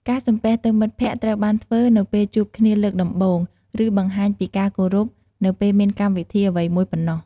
ការសំពះទៅមិត្តភក្តិត្រូវបានធ្វើនៅពេលជួបគ្នាលើកដំបូង ឬ បង្ហាញពីការគោរពនៅពេលមានកម្មវិធីអ្វីមួយប៉ុណ្ណោះ។